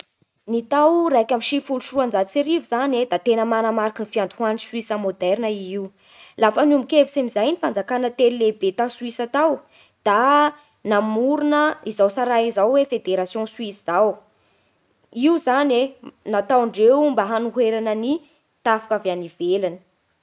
Ny tao raika amby sivifolo sy roanjato sy arivo zany e da tena manamarika ny fiandohan'i Soisa moderna i io. Lafa niombon-kevitsy amin'izay ny fanjakana telo lehibe tao Soisa tao da namorona izao tsaray izao hoe fédération Suisse izao. Io zany e nataondreo mba hanoherana ny tafika avy any ivelany.